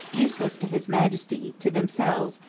useless to his majesty, to themselves,